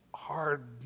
Hard